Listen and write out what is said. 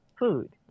food